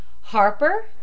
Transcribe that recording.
Harper